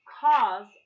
cause